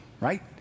right